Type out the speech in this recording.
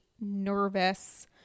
nervous